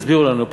תסבירו לנו.